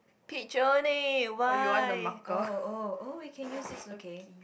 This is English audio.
picture only why oh oh oh we can use this okay